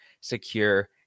secure